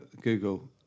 Google